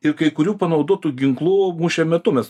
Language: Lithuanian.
ir kai kurių panaudotų ginklų mūšio metu mes